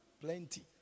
plenty